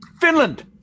Finland